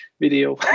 video